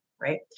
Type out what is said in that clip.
right